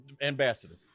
Ambassador